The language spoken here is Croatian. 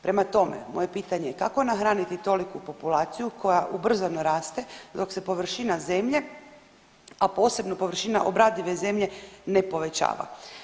Prema tome, moje pitanje je kako nahraniti toliku populaciju koja ubrzano raste dok se površina zemlje, a posebno površina obradive zemlje ne povećava?